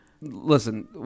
Listen